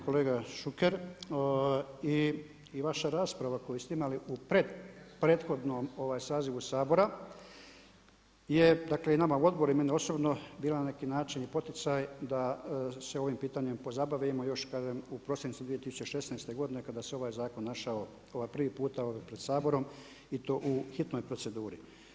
Kolega Šuker, i vaša rasprava u kojem ste imali u prethodnom sazivu Sabora je nama u odboru i mene osobno bila na neki način ljepotica da se ovim pitanjem pozabavimo još kažem u prosincu 2016. godine kada se ovaj zakon našao prvi puta pred Saborom i to u hitnoj proceduri.